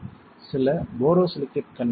எனவே சில போரோசிலிகேட் கண்ணாடி இருக்கும்